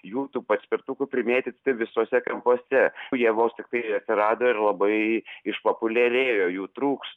jų tų paspirtukų primėtyti visuose kampuose jie vos tiktai atsirado ir labai išpopuliarėjo jų trūks